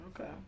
Okay